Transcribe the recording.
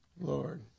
Lord